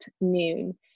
noon